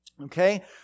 Okay